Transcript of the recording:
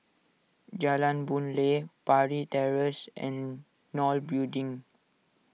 Jalan Boon Lay Parry Terrace and Nol Building